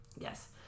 Yes